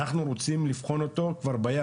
אנחנו רוצים לבחון אותו כבר בים.